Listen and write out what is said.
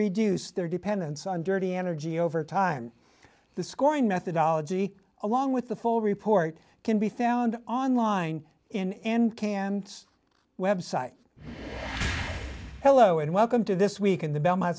reduce their dependence on dirty energy over time the scoring methodology along with the full report can be found online in canned website hello and welcome to this week in the belmont